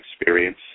experience